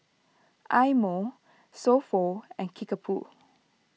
Eye Mo So Pho and Kickapoo